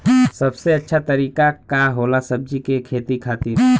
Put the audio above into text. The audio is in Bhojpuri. सबसे अच्छा तरीका का होला सब्जी के खेती खातिर?